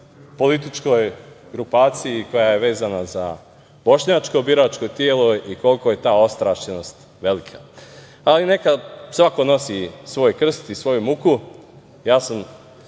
političkoj grupaciji koja je vezana za bošnjačko biračko telo i koliko je ta ostrašćenost velika. Ali neka svako nosi svoj krsta i svoju muku, ja sam